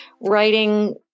writing